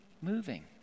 moving